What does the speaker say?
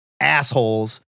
assholes